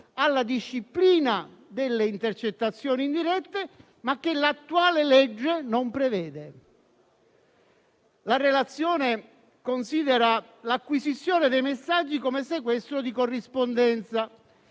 alla disciplina delle intercettazioni indirette, ma che l'attuale legge non prevede. La relazione considera l'acquisizione dei messaggi come sequestro di corrispondenza